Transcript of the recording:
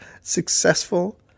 successful